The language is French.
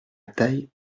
taille